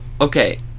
okay